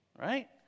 right